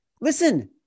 Listen